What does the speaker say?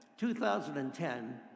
2010